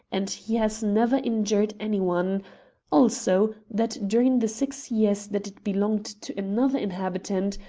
and he has never injured any one also, that during the six years that it belonged to another inhabitant,